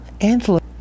Angela